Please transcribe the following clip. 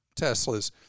Teslas